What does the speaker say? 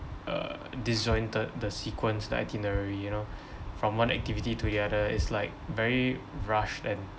uh disjointed the sequence the itinerary you know from one activity together it's like very rushed and